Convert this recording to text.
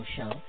Show